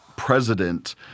President